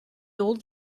old